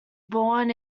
born